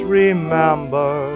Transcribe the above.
remember